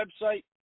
website